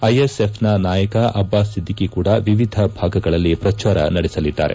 ಐಎಸ್ಎಫ್ನ ನಾಯಕ ಅಬ್ಲಾಸ್ ಸಿದ್ದಿಕಿ ಕೂಡ ವಿವಿಧ ಭಾಗಗಳಲ್ಲಿ ಪ್ರಚಾರ ನಡೆಸಲಿದ್ದಾರೆ